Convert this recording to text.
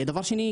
דבר שני,